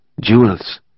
Jewels